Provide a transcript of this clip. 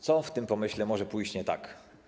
Co w tym pomyśle może pójść nie tak?